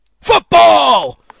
Football